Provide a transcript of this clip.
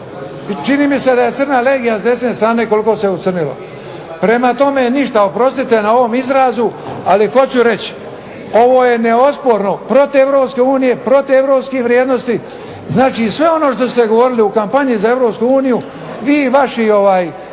čini mi se da je crna legija s desne strane koliko se ucrnila. Prema tome, ništa. Oprostite na ovom izrazu, ali hoću reći ovo je neosporno protiv Europske unije, protiv europskih vrijednosti. Znači, sve ono što ste govorili u kampanji za Europsku uniji i vaši najviši